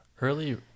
Early